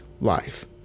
life